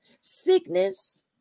sickness